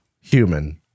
human